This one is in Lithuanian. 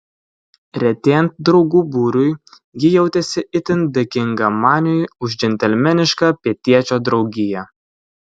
retėjant draugų būriui ji jautėsi itin dėkinga maniui už džentelmenišką pietiečio draugiją